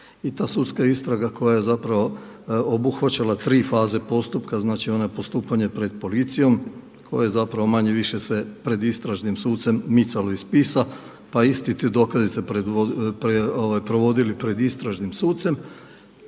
i ta sudska istraga koja je obuhvaćala tri faze postupka, znači ono postupanje pred policijom koja se manje-više pred istražnim sucem micalo iz spisa, pa isti ti dokazi se provodili pred istražnim sucem,